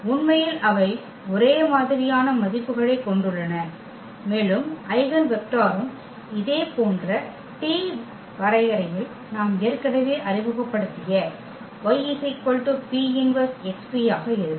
உண்மையில் அவை ஒரே மாதிரியான மதிப்புகளைக் கொண்டுள்ளன மேலும் ஐகென் வெக்டரும் இதேபோன்ற t வரையறையில் நாம் ஏற்கனவே அறிமுகப்படுத்திய y P−1 xP ஆக இருக்கும்